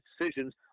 decisions